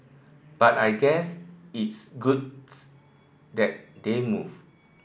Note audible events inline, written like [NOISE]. but I guess it's good [UNINTELLIGIBLE] that they move